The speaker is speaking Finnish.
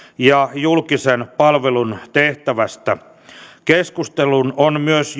ja julkisen palvelun tehtävästä keskustelun on myös